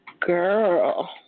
Girl